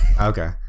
Okay